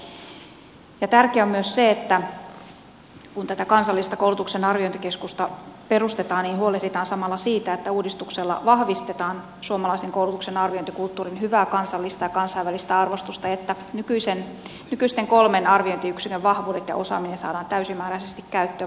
tärkeää on myös se että kun tätä kansallista koulutuksen arviointikeskusta perustetaan huolehditaan samalla siitä että uudistuksella vahvistetaan suomalaisen koulutuksen arviointikulttuurin hyvää kansallista ja kansainvälistä arvostusta että nykyisten kolmen arviointiyksikön vahvuudet ja osaaminen saadaan täysimääräisesti käyttöön